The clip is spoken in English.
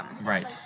right